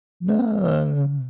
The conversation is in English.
No